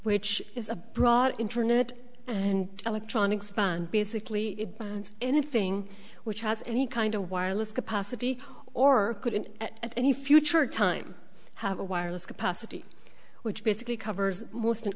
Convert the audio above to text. which is a brought internet and electronics band basically anything which has any kind of wireless capacity or could it at any future time have a wireless capacity which basically covers most